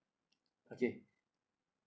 okay